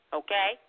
okay